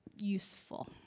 useful